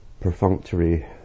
perfunctory